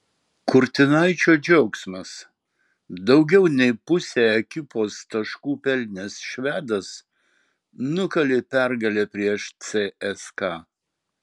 kurtinaičio džiaugsmas daugiau nei pusę ekipos taškų pelnęs švedas nukalė pergalę prieš cska